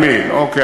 תמיד, אוקיי.